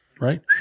Right